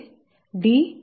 d212 4